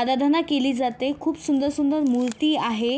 आराधना केली जाते खूप सुंदर सुंदर मूर्ती आहे